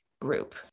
group